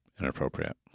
inappropriate